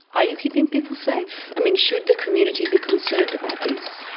are you keeping people safe? i mean, should the community be concerned about this?